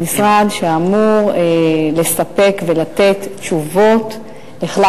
הוא משרד שאמור לספק ולתת תשובות לכלל